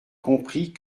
comprit